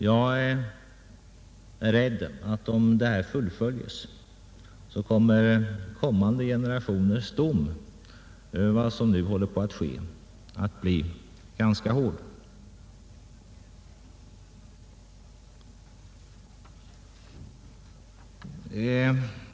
Jag är rädd för att om detta verk fullföljes blir kommande generationers dom ganska hård.